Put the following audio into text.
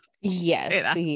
Yes